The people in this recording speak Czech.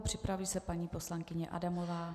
Připraví se paní poslankyně Adamová.